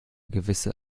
gewisse